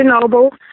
Noble